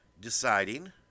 deciding